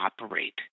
operate